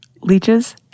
leeches